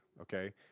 okay